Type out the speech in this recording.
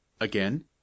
Again